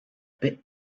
bit